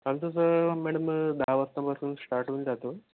आमचं तर मॅडम दहा वाजता वर्किंग स्टार्ट होऊन जातं